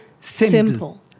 simple